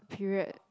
period